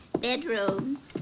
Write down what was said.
Bedroom